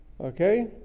Okay